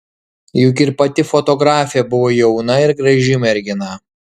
juk ir pati fotografė buvo jauna ir graži mergina